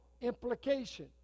implication